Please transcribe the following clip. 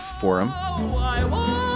forum